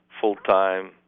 full-time